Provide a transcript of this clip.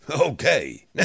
Okay